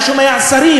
אני שומע שרים,